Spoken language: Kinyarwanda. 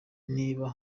niba